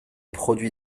produits